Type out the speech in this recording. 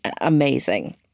amazing